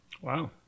Wow